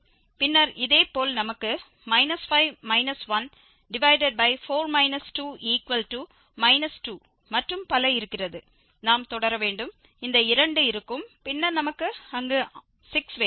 பின்னர் இதேபோல் நமக்கு 5 14 1 2 மற்றும் பல இருக்கிறது நாம் தொடர வேண்டும் இந்த 2 இருக்கும் பின்னர் நமக்கு அங்கு 6 வேண்டும்